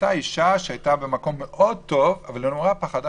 הייתה אישה שהייתה במקום מאוד טוב אבל נורא פחדה